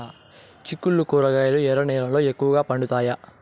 చిక్కుళ్లు కూరగాయలు ఎర్ర నేలల్లో ఎక్కువగా పండుతాయా